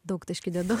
daugtaškį dedu